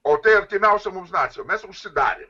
o tai artimiausia mums nacija o mes užsidarę